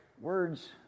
Words